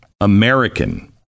American